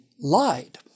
lied